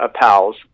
pals